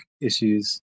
issues